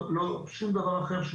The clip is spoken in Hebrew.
לא שום דבר אחר.